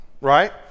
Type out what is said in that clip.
right